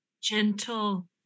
gentle